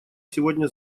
сегодня